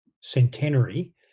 centenary